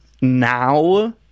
now